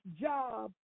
job